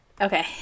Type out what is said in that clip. Okay